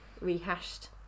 rehashed